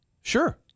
Sure